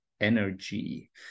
energy